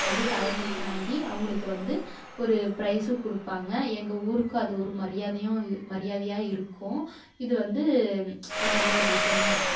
வந்து தலைமை தாங்கி அவங்களுக்கு வந்து ஒரு ப்ரைஸு கொடுப்பாங்க எங்கள் ஊருக்கு அது ஒரு மரியாதையும் மரியாதையாக இருக்கும் இது வந்து ஒரு நல்ல ஒரு விஷயமா இருக்குது